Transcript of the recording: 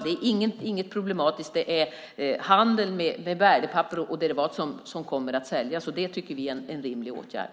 Det är inget problematiskt. Det är handel med värdepapper och derivat som kommer att säljas, och det tycker vi är en rimlig åtgärd.